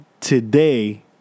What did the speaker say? today